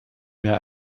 mehr